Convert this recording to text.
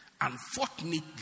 Unfortunately